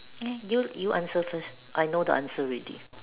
eh you you answer first I know the answer already